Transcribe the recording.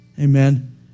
amen